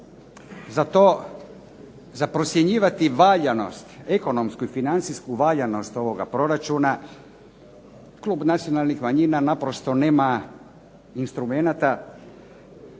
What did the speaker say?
Za to za procjenjivati valjanost ekonomsku i financijsku valjanost ovoga proračuna, Klub nacionalnih manjina naprosto nema instrumenata